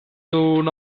soon